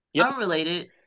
Unrelated